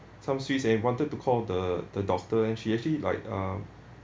some sweets and wanted to call the the doctor and she actually like uh